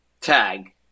tag